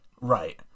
Right